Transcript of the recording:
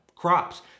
Crops